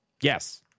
yes